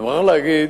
אני מוכרח להגיד